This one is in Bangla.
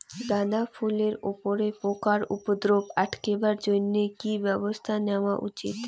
গাঁদা ফুলের উপরে পোকার উপদ্রব আটকেবার জইন্যে কি ব্যবস্থা নেওয়া উচিৎ?